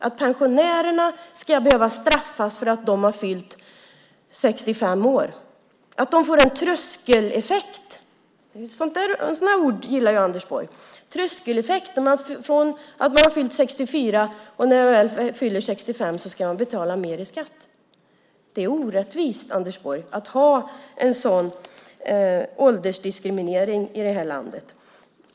Ska pensionärerna behöva straffas för att de fyllt 65 år? Det blir en tröskeleffekt - sådana ord gillar ju Anders Borg - när pensionärerna efter att de väl fyllt 65 ska betala mer i skatt. Det är orättvist att ha en sådan åldersdiskriminering i det här landet.